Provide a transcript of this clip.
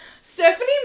Stephanie